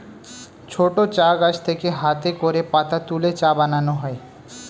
ছোট চা গাছ থেকে হাতে করে পাতা তুলে চা বানানো হয়